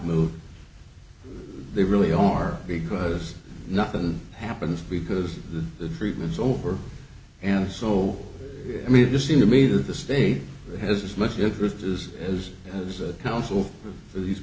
moved they really are because nothing happens because the treatment is over and so i mean it just seems to me that the state has as much interest is as is a counsel for these